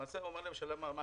למעשה הוא אומר למשלם המס,